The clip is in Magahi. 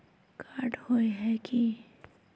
कार्ड होय है की?